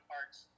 Parts